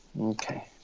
Okay